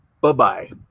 bye-bye